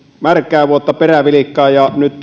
märkää vuotta perävilkkaa ja nyt